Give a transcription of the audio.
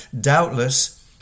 Doubtless